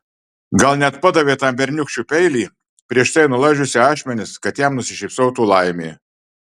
gal net padavei tam berniūkščiui peilį prieš tai nulaižiusi ašmenis kad jam nusišypsotų laimė